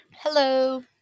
hello